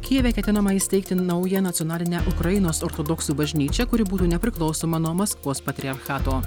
kijeve ketinama įsteigti naują nacionalinę ukrainos ortodoksų bažnyčią kuri būtų nepriklausoma nuo maskvos patriarchato